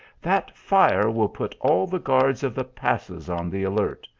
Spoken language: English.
that fire will put all the guards of the passes on the alert.